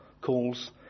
calls